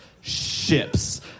ships